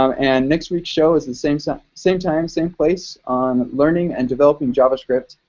um and next week's show is the same so same time, same place on learning and developing javascript.